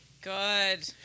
Good